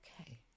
okay